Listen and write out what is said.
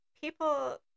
people